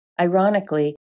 Ironically